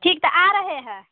ठीक तो आ रहे हैं